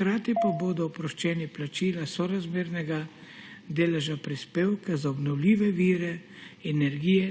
hkrati pa bodo oproščeni plačila sorazmernega deleža prispevka za obnovljive vire energije